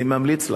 אני ממליץ לך,